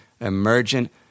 emergent